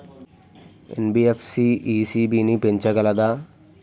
NBFC ECB ని పెంచగలదా?